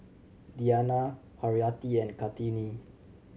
Diyana Haryati and Kartini